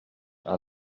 are